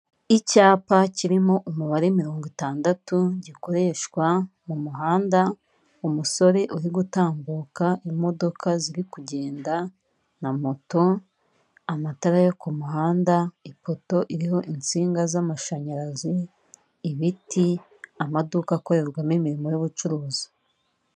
Icyapa kirimo umubare mirongo itandatu, gikoreshwa mu muhanda, umusore uri gutambuka, imodoka ziri kugenda na moto, amatara yo ku muhanda, ipoto iriho insinga z'amashanyarazi, ibiti, amaduka akorerwamo imirimo y'ubucuruzi.